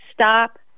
stop